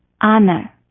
honor